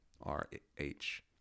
R-H